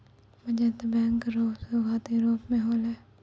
बचत बैंक रो सुरुआत यूरोप मे होलै